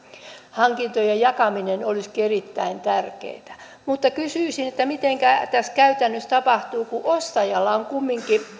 hankintojen jakaminen olisikin erittäin tärkeätä mutta kysyisin mitenkä tässä käytännössä tapahtuu kun ostajalla on kumminkin